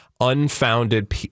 unfounded